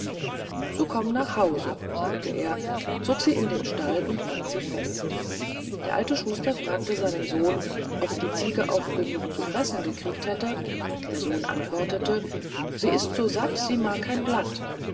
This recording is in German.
so komm nach haus sagte er zog sie in den stall und band sie fest der alte schuster fragte seinen sohn ob die ziege auch genug zu fressen gekriegt hätte der sohn antwortete sie ist so satt sie mag kein blatt